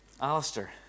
Alistair